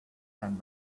and